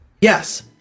Yes